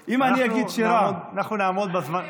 אם אני אגיד שירה, אנחנו נעמוד בזמנים,